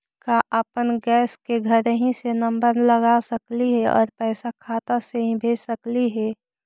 का अपन गैस के घरही से नम्बर लगा सकली हे और पैसा खाता से ही भेज सकली हे?